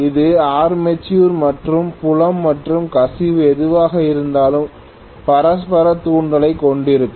இது ஆர்மேச்சர் மற்றும் புலம் மற்றும் கசிவு எதுவாக இருந்தாலும் பரஸ்பர தூண்டலைக் கொண்டிருக்கும்